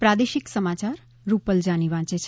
પ્રાદેશિક સમાચાર રૂપલ જાની વાંચ છે